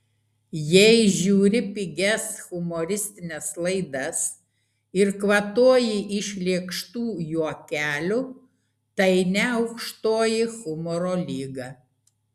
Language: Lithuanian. jei žiūri pigias humoristines laidas ir kvatoji iš lėkštų juokelių tai ne aukštoji humoro lyga